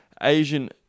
Asian